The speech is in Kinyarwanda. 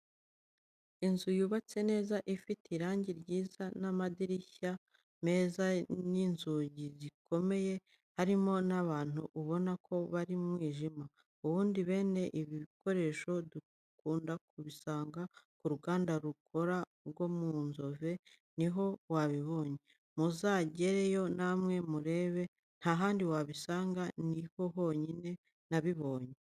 Inzu yubatse neza ifite irangi ryiza n'amadirishya meza n'inzugi zikomeye, harimo n'abantu ubona ko bari mu mwijima. Ubundi bene ibi bikoresho dukunda kubisanga ku ruganda rubikora rwo mu nzove ni ho nabibonye. Muzageyo namwe murebe nta handi wabisanga ni ho honyine nabibonye.